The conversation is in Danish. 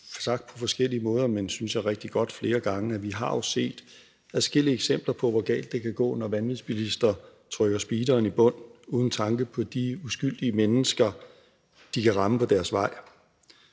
sagt på forskellige måder, men, synes jeg, rigtig godt flere gange, at vi jo har set adskillige eksempler på, hvor galt det kan gå, når vanvidsbilister trykker speederen i bund uden tanke på de uskyldige mennesker, de kan ramme på deres vej.